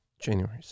January